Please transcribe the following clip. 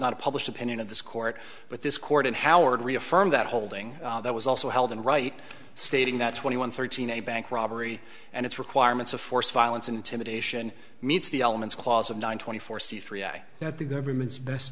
not a public opinion of this court but this court in howard reaffirmed that holding that was also held and right stating that twenty one thirteen a bank robbery and its requirements of force violence and intimidation means the elements clause of nine twenty four c three that the government's best